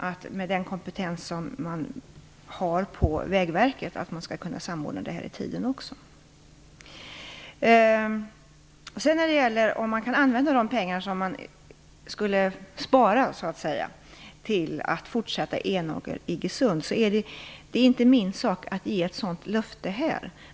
Men med den kompetens som man har på Vägverket tror jag säkert att man skall kunna samordna det här i tiden. När det gäller frågan om man kan använda de pengar som man så att säga skulle spara till att fortsätta med sträckan Enånger-Iggesund vill jag säga att det inte är min sak att ge ett löfte om det.